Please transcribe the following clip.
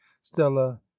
Stella